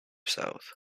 south